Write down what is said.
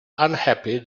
unhappy